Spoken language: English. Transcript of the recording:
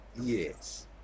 yes